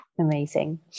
amazing